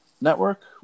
network